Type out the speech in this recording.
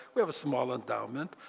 we have a small endowment.